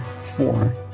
four